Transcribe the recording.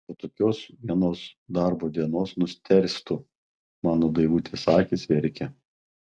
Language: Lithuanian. po tokios vienos darbo dienos nustėrstu mano daivutės akys verkia